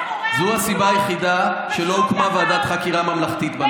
בין השאר בוועדת חקירה ממלכתית,